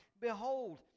behold